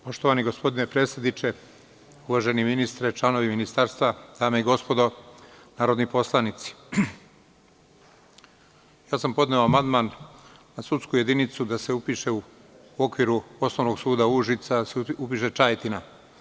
Poštovani gospodine predsedniče, uvaženi ministre, članovi Ministarstva, dame i gospodo narodni poslanici, podneo sam amandman na sudsku jedinicu da se upiše u okviru Osnovnog suda Užica da se upiše Čajetina.